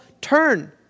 turn